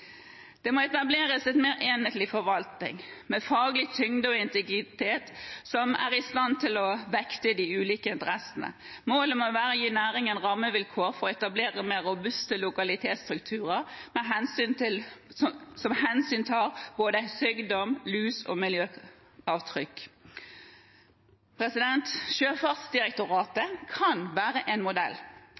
Det må etableres en mer enhetlig forvaltning, med faglig tyngde og integritet, som er i stand til å vekte de ulike interessene. Målet må være å gi næringen rammevilkår for å etablere mer robuste lokalitetsstrukturer som hensyntar både sykdom, lus og miljøavtrykk. Sjøfartsdirektoratet kan være en modell.